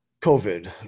COVID